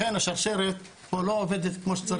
לכן השרשרת פה לא עובדת כמו שצריך.